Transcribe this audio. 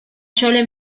chole